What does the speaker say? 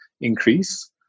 increase